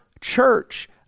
church